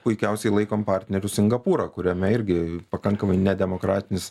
puikiausiai laikom partneriu singapūrą kuriame irgi pakankamai nedemokratinis